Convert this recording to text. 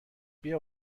بیا